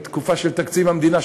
בתקופה של תקציב המדינה,